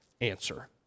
answer